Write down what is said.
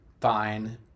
fine